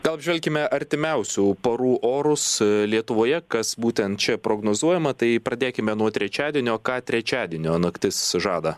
gal apžvelkime artimiausių parų orus lietuvoje kas būtent čia prognozuojama tai pradėkime nuo trečiadienio ką trečiadienio naktis žada